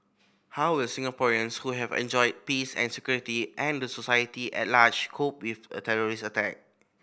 how will Singaporeans who have enjoyed peace and security and the society at large cope with a terrorist attack